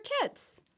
kids